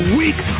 weak